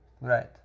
Right